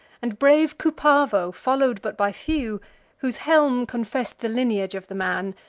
and brave cupavo follow'd but by few whose helm confess'd the lineage of the man,